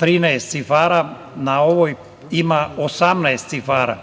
13 cifara, na ovoj ima 18 cifara.